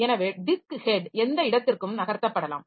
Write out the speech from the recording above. எனவே disk head எந்த இடத்திற்கும் நகர்த்தப்படலாம்